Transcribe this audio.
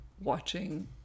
watching